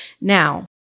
Now